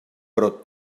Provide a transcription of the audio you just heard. però